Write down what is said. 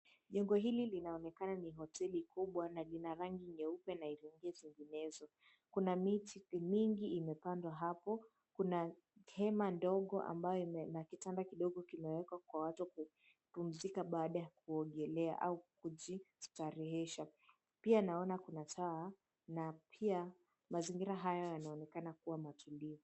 Jengo hili linaonekana ni hoteli kubwa na lina rangi nyeupe na zinginezo. Kuna miti mingi imepandwa hapo, kuna hema ndogo ambayo na kitanda kidogo kimewekwa kwa watu kupumzika baada ya kuogelea au kujistahilisha, pia naona kuna taa na pia mazingira haya yanaonekana kuwa matulivu.